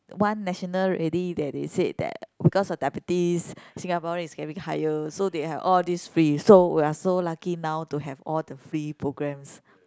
one national rally that they say that because of diabetes Singaporeans is getting higher so they have all this free so we are so lucky now to have all the free programs